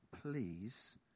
please